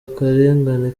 akarengane